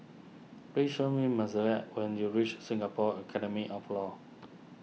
please show me Mozelle when you reach Singapore Academy of Law